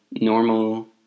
normal